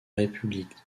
république